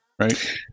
right